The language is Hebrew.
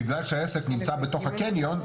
בגלל שהעסק נמצא בתוך הקניון,